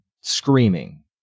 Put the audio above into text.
screaming